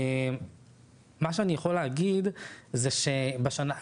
מה שאני יכול להגיד זה שבשנה האחרונה.